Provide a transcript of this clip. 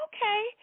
Okay